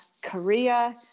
Korea